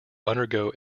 undergo